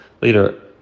later